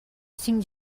cinc